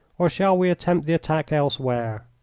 or shall we attempt the attack elsewhere?